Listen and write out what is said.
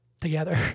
together